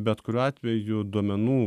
bet kuriuo atveju duomenų subjektų duomenų